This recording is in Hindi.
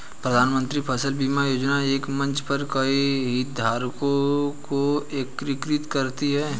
प्रधानमंत्री फसल बीमा योजना एक मंच पर कई हितधारकों को एकीकृत करती है